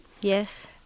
Yes